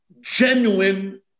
genuine